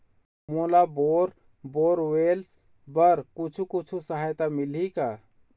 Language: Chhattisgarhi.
मोला बोर बोरवेल्स बर कुछू कछु सहायता मिलही का?